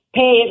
pay